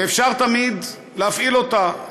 ואפשר תמיד להפעיל אותה.